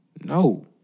No